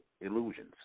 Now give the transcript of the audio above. illusions